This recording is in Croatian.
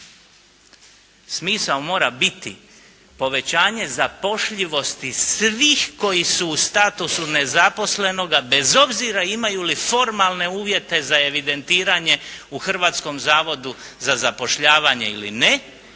Smisao mora biti povećanje zapošljivosti svih koji su u statusu nezaposlenoga bez obzira imaju li formalne uvjete za evidentiranje u Hrvatskom zavodu za zapošljavanje ili ne,